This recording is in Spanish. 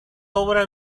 obra